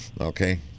Okay